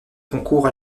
concourt